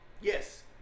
Yes